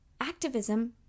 activism